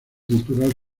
cultural